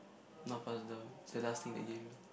not passed down its the last thing they gave me